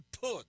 put